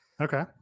Okay